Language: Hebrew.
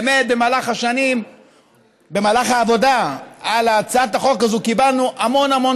באמת במהלך העבודה על הצעת החוק הזו קיבלנו המון המון